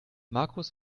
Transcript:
markus